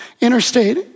interstate